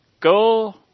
Go